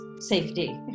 safety